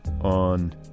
on